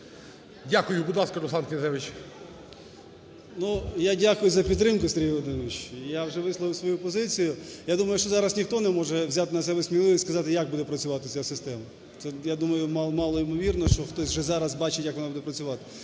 Дякую. Будь ласка, Руслан Князевич. 17:47:25 КНЯЗЕВИЧ Р.П. Я дякую за підтримку, Сергій Володимирович, я вже висловив свою позицію. Я думаю, що зараз ніхто не може взяти на себе сміливість і сказати, як буде працювати ця система. Це, я думаю, малоймовірно, що хтось вже зараз бачить, як вона буде працювати.